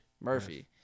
Murphy